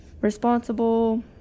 responsible